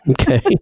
Okay